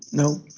no.